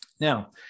Now